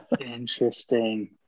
Interesting